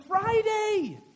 Friday